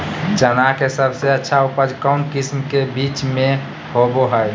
चना के सबसे अच्छा उपज कौन किस्म के बीच में होबो हय?